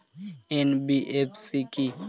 NBFC কী?